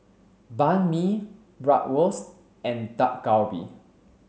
Banh Mi Bratwurst and Dak Galbi